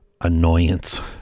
annoyance